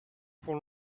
pour